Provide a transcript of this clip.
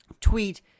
tweet